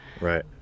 Right